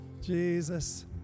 Jesus